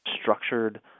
structured